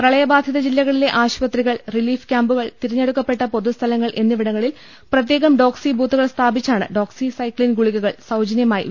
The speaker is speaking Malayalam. പ്രളയബാധിത ജില്ലകളിലെ ആശുപത്രികൾ റിലീഫ് ക്യാമ്പുകൾ തിരഞ്ഞെടുക്കപ്പെട്ട പൊതുസ്ഥലങ്ങൾ എന്നി വിടങ്ങളിൽ പ്രത്യേകം ഡോക്സി ബൂത്തുകൾ സ്ഥാപിച്ചാണ് ഡോക്സിസൈക്സിൻ ഗുളികകൾ സൌജന്യമായി വിതരണം ചെയ്യുന്നത്